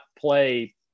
play